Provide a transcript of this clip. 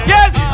Yes